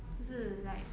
就是 like